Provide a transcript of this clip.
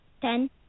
Ten